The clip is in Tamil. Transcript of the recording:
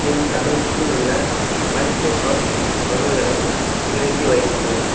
என் கணக்கில் உள்ள மைக்ரோசாஃப்ட் பங்குகளை நிறுத்தி வைக்கவும்